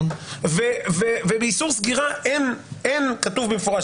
ובאיסור סגירה כתוב במפורש,